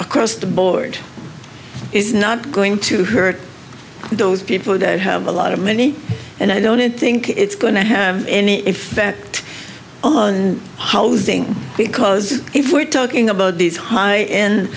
across the board is not going to hurt those people who have a lot of money and i don't think it's going to have any effect on housing because if we're talking about these high end